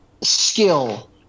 skill